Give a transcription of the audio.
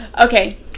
Okay